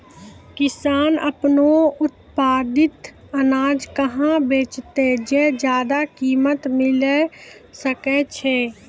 किसान आपनो उत्पादित अनाज कहाँ बेचतै जे ज्यादा कीमत मिलैल सकै छै?